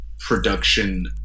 production